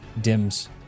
dims